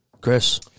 Chris